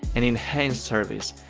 an enhanced service,